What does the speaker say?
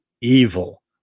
evil